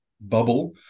bubble